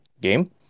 game